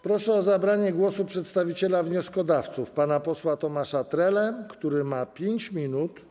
Proszę o zabranie głosu przedstawiciela wnioskodawców pana posła Tomasza Trelę, który ma równo 5 minut.